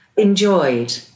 enjoyed